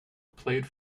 played